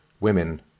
women